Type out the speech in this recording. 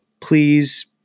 please